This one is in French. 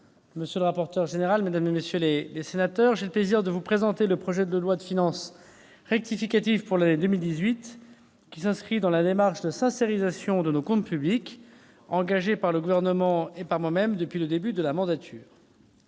monsieur le rapporteur général, mesdames, messieurs les sénateurs, j'ai le plaisir de vous présenter le projet de loi de finances rectificative pour l'année 2018, qui s'inscrit dans la démarche de sincérisation de nos comptes publics, engagée par le Gouvernement et par moi-même depuis le début de la mandature.